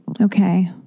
Okay